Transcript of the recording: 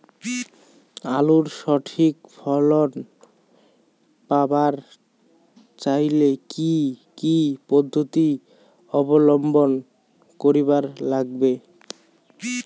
আলুর সঠিক ফলন পাবার চাইলে কি কি পদ্ধতি অবলম্বন করিবার লাগবে?